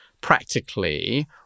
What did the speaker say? practically